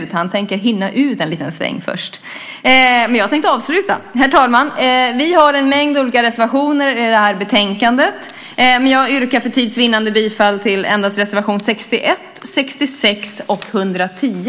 Men först tänker han tydligen hinna ut en liten sväng. Herr talman! Vi har en mängd reservationer i betänkandet. Men för tids vinnande yrkar jag bifall endast till reservationerna 61, 66 och 110.